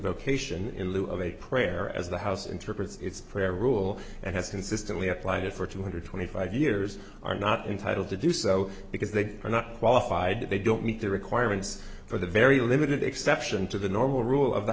invocation in lieu of a prayer as the house interprets its prayer rule and has consistently applied it for two hundred twenty five years are not entitled to do so because they are not qualified they don't meet the requirements for the very limited exception to the normal rule of the